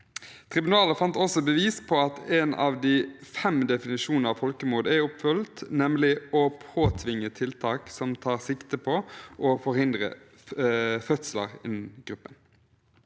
Tribunalet fant også bevis på at en av de fem definisjonene av folkemord er oppfylt, nemlig å påtvinge tiltak som tar sikte på å forhindre fødsler i en gruppe.